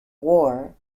war